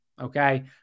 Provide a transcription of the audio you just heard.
Okay